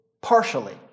partially